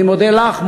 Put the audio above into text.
אני מודה לך,